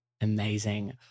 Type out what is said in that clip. Amazing